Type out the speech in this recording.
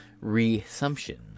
resumption